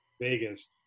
Vegas